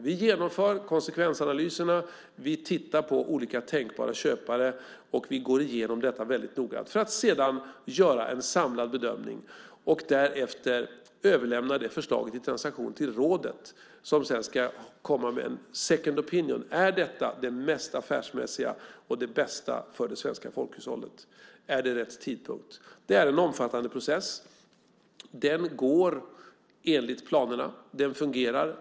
Vi genomför konsekvensanalyserna och tittar på olika tänkbara köpare. Vi går igenom detta väldigt noggrant för att sedan göra en samlad bedömning. Därefter överlämnar vi förslaget till transaktion till rådet som sedan ska komma med en second opinion . Är detta det mest affärsmässiga och det bästa för det svenska folkhushållet? Är det rätt tidpunkt? Det är en omfattande process. Den går enligt planerna och fungerar.